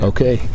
Okay